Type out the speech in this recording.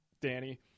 Danny